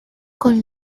con